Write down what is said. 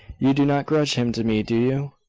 you do not grudge him to me, do you?